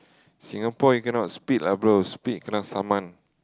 Singapore you cannot speed lah bro speed kena summon